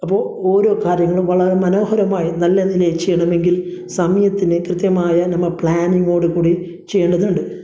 അപ്പോൾ ഓരോ കാര്യങ്ങളും വളരെ മനോഹരമായി നല്ലതിനെ ചെയ്യണമെങ്കിൽ സമയത്തിനെ കൃത്യമായ നമ്മൾ പ്ലാനിങ്ങോടുകൂടി ചെയ്യേണ്ടതുണ്ട്